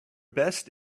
best